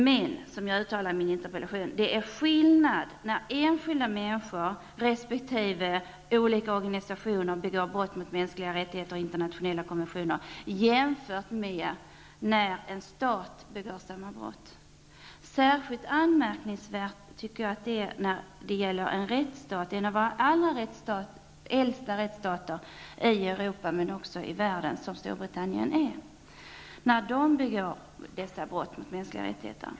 Men som jag uttalar i min interpellation är det skillnad på när enskilda människor, resp. olika organisationer begår brott mot mänskliga rättigheter och internationella konventioner jämfört med när en stat begår samma brott. Särskilt anmärkningsvärt är att Storbritannien, som är en av våra äldsta rättsstater i Europa men också i världen, begår dessa brott mot mänskliga rättigheter.